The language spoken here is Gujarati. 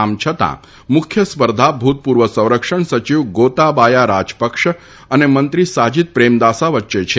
આમ છતાં મુખ્ય સ્પર્ધા ભૂતપૂર્વ સંરક્ષણ સચિવ ગોતાબાયા રાજપક્ષ અને મંત્રી સાજીથ પ્રેમદાસા વચ્ચે છે